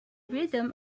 rhythm